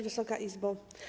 Wysoka Izbo!